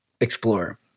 explorer